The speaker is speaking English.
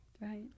Right